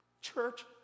Church